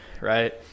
right